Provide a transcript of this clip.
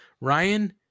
Ryan